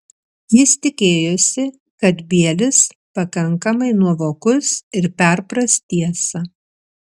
jis tikėjosi kad bielis pakankamai nuovokus ir perpras tiesą